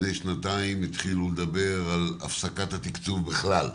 לפני שנתיים התחילו לדבר על הפסקת התקצוב בכלל.